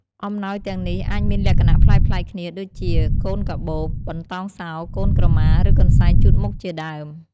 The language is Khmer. អំណោយទាំងនេះអាចមានលក្ខណៈប្លែកៗគ្នា ដូចជា កូនកាបូប បន្ដោងសោរ កូនក្រម៉ា ឬកន្សែងជូតមុខជាដើម។